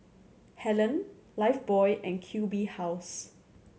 Helen Lifebuoy and Q B House